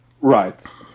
right